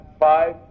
five